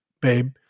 babe